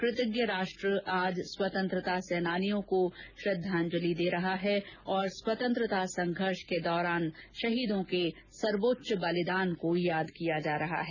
कृतज्ञ राष्ट्र आज स्वतंत्रता सेनानियों को श्रद्धांजलि दे रहा है और स्वतंत्रता संघर्ष के दौरान शहीदों के सर्वोच्च बलिदान को याद कर रहा है